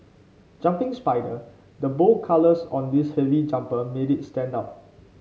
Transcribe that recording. jumping spider The bold colours on this heavy jumper made it stand out